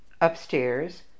upstairs